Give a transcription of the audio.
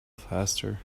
faster